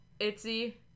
Itzy